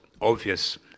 obvious